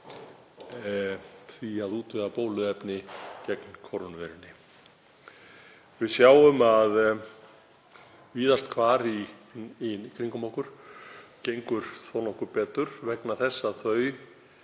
því að útvega bóluefni gegn kórónuveirunni. Við sjáum að víðast hvar í kringum okkur gengur þó nokkuð betur vegna þess að þau